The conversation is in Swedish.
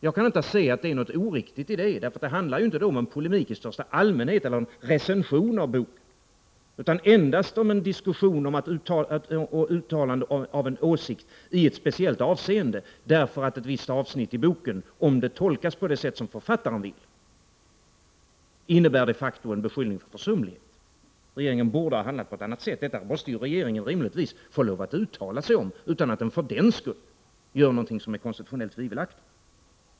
Jag kan inte se att det är något oriktigt, för det handlar ju inte om en polemik i största allmänhet eller någon recension av boken utan endast om uttalande av en åsikt i ett speciellt avseende därför att ett visst avsnitt i boken, om det tolkas på det sätt som författaren vill, innebär en beskyllning för försumlighet: regeringen borde ha handlat på ett annat sätt. Detta måste regeringen rimligtvis få lov att uttala sig om utan att den för den skull gör någonting som är konstitutionellt tvivelaktigt.